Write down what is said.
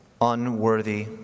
unworthy